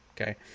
okay